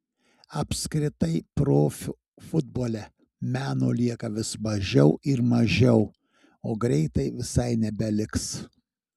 apskritai profių futbole meno lieka vis mažiau ir mažiau o greitai visai nebeliks